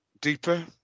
deeper